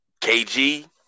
KG